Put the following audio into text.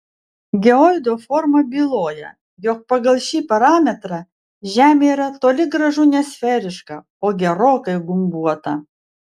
geoido forma byloja jog pagal šį parametrą žemė yra toli gražu ne sferiška o gerokai gumbuota